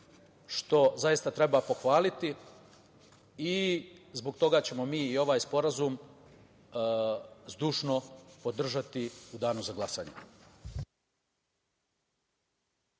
što zaista treba pohvaliti. Zbog toga ćemo mi i ovaj sporazum zdušno podržati u danu za glasanje.